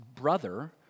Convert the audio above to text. brother